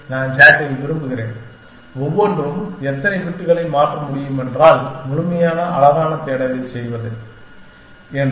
எனவே நான் SAT இல் விரும்புகிறேன் ஒவ்வொன்றும் எத்தனை பிட்களை மாற்ற முடியுமென்றால் முழுமையான அழகான தேடலைச் செய்வது என்று